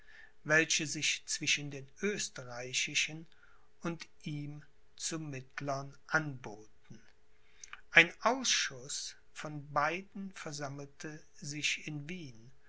welche sich zwischen den österreichischen und ihm zu mittlern anboten ein ausschuß von beiden versammelte sich in wien